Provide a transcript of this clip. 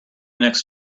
next